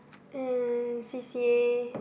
and C_C_A